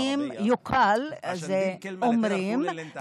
"יוקאל" זה "אומרים",